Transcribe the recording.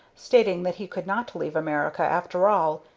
stating that he could not leave america, after all,